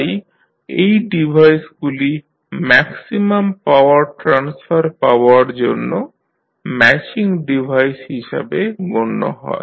তাই এই ডিভাইসগুলি ম্যাক্সিমাম পাওয়ার ট্রান্সফার পাবার জন্য ম্যাচিং ডিভাইস হিসাবে গণ্য হয়